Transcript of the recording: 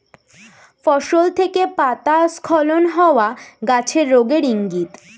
ফসল থেকে পাতা স্খলন হওয়া গাছের রোগের ইংগিত